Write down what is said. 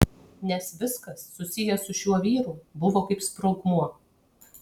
nes viskas susiję su šiuo vyru buvo kaip sprogmuo